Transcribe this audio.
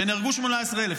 שנהרגו 18,000,